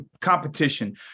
Competition